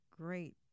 great